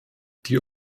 die